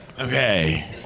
Okay